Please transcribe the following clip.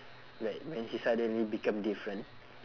like when she suddenly become different